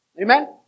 Amen